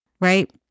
right